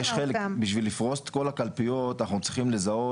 בשביל לפרוס את כל הקלפיות אנחנו צריכים לזהות,